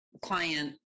client